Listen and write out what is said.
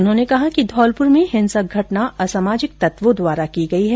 उन्होंने कहा कि धौलपुर में हिसक घटना असामाजिक तत्वों द्वारा की गई है